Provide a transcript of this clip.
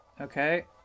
Okay